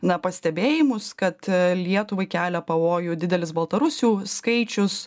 na pastebėjimus kad lietuvai kelia pavojų didelis baltarusių skaičius